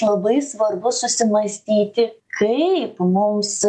labai svarbu susimąstyti kaip mums